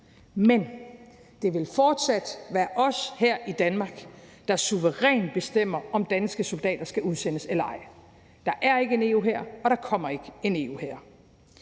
Men det vil fortsat være os her i Danmark, der suverænt bestemmer, om danske soldater skal udsendes eller ej. Der er ikke en EU-hær, og der kommer ikke en EU-hær.